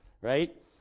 right